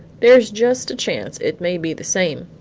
there's just chance it may be the same.